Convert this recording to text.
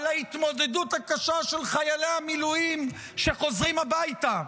על ההתמודדות הקשה של חיילי המילואים שחוזרים הביתה.